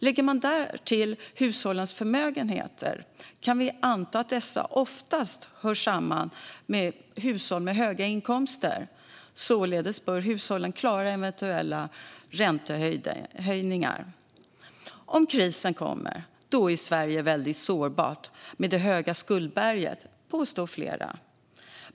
Lägger man därtill hushållens förmögenheter kan vi anta att dessa oftast hör samman med hushåll med höga inkomster. Således bör hushållen klara eventuella räntehöjningar. Om krisen kommer är Sverige väldigt sårbart med detta höga skuldberg, påstår flera.